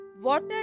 Water